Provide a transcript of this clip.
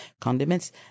condiments